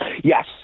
Yes